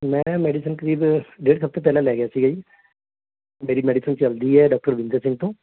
ਮੈਂ ਮੈਡੀਸਨ ਕਰੀਬ ਡੇਢ ਕੁ ਹਫ਼ਤੇ ਪਹਿਲਾਂ ਲੈ ਗਿਆ ਸੀਗਾ ਜੀ ਮੇਰੀ ਮੈਡੀਸਨ ਚੱਲਦੀ ਆ ਡਾਕਟਰ ਰਵਿੰਦਰ ਸਿੰਘ ਤੋਂ